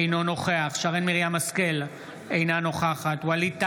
אינו נוכח שרן מרים השכל, אינה נוכחת ווליד טאהא,